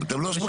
אתם לא מקשיבים.